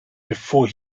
before